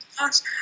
Yes